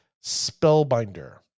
Spellbinder